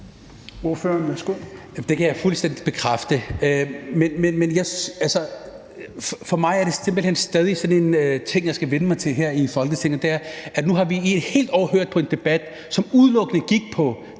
det kan jeg fuldstændig bekræfte. Men for mig er der simpelt hen stadig sådan en ting, jeg skal vænne mig til her i Folketinget. Nu har vi i et helt år hørt på en debat, som udelukkende gik på